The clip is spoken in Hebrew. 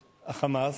ה"חמאס".